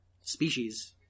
species